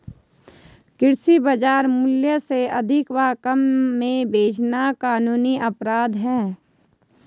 कृषि बाजार मूल्य से अधिक व कम में बेचना कानूनन अपराध है